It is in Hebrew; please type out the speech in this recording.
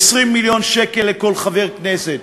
20 מיליון שקל לכל חבר כנסת.